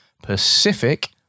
Pacific